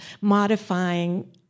modifying